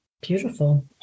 beautiful